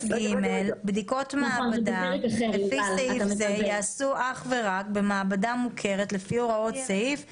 בדיקות מעבדה ייעשו אך ורק במעבדה מוכרת לפי הוראות סעיף 27ב1,